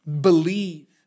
Believe